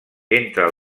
entre